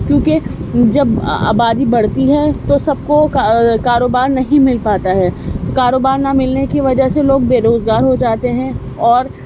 کیونکہ جب آبادی بڑھتی ہے تو سب کو کاروبار نہیں مل پاتا ہے کاروبار نہ ملنے کی وجہ سے لوگ بےروزگار ہو جاتے ہیں اور